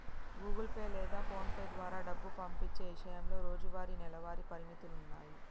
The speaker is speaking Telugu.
గుగుల్ పే లేదా పోన్పే ద్వారా డబ్బు పంపించే ఇషయంలో రోజువారీ, నెలవారీ పరిమితులున్నాయి